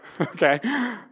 Okay